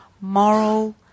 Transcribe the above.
moral